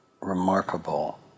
remarkable